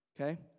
okay